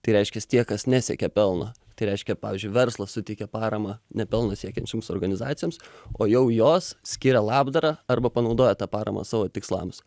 tai reiškiasi tie kas nesiekia pelno tai reiškia pavyzdžiui verslas suteikia paramą ne pelno siekiančioms organizacijoms o jau jos skiria labdarą arba panaudoja tą paramą savo tikslams